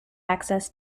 access